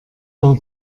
war